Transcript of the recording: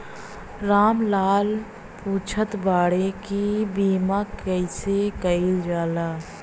राम लाल पुछत बाड़े की बीमा कैसे कईल जाला?